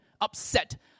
upset